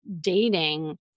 dating